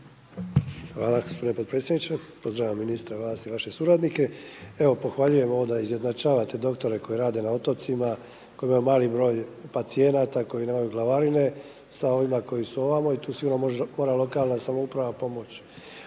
Hvala gospodine potpredsjedniče. Pozdravljam ministra i vaše suradnike. Evo pohvaljujem ovo da izjednačavate doktore koji rade na otocima, koji imaju mali broj pacijenata, koji nemaju glavarine sa ovima koji su ovamo i tu sigurno može puno lokalna samouprava pomoć.